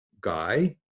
guy